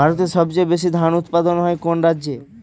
ভারতের সবচেয়ে বেশী ধান উৎপাদন হয় কোন রাজ্যে?